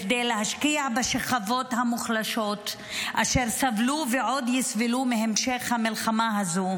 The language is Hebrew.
כדי להשקיע בשכבות המוחלשות אשר סבלו ועוד יסבלו מהמשך המלחמה הזאת,